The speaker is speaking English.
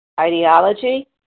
ideology